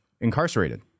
incarcerated